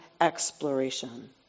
exploration